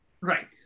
Right